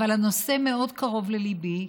אבל הנושא מאוד קרוב לליבי,